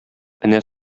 энә